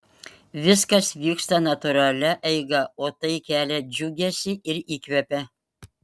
viskas vyksta natūralia eiga o tai kelia džiugesį ir įkvepia